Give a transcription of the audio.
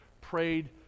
prayed